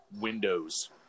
windows